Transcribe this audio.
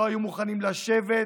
לא היו מוכנים לשבת,